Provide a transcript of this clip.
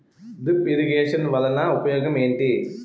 drip irrigation వలన ఉపయోగం ఏంటి